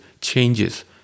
changes